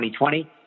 2020